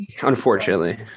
unfortunately